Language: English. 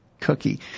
Cookie